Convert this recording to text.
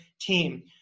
team